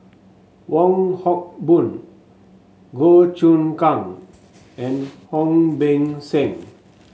Wong Hock Boon Goh Choon Kang and Ong Beng Seng